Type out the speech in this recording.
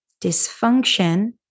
Dysfunction